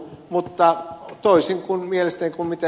mutta toisin kuin mielestäni ed